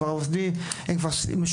כבר עובדים ומשולבים,